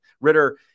Ritter